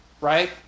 Right